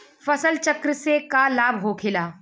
फसल चक्र से का लाभ होखेला?